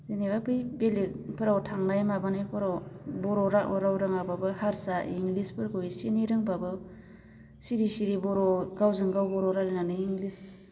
जेनेबा बै बेलेगफोराव थांनाय माबानायफोराव बर' राव रोङाबाबो हारसा इंलिसफोरखौ एसे एनै रोंबाबो सिरि सिरि बर' गावजों गाव बर' रायलायनानै इंलिस